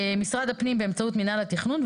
משרד הפנים באמצעות מינהל התכנון.